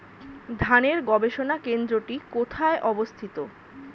ধানের গবষণা কেন্দ্রটি কোথায় অবস্থিত?